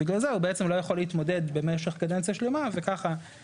בגלל זה הוא לא יכול להתמודד במשך קדנציה שלמה וככה